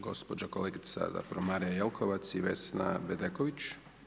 Gospođa, kolegica zapravo, Marija Jelkovac i Vesna Bedeković?